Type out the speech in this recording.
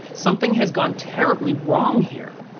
something has gone terribly wrong here.